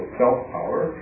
self-power